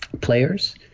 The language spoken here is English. players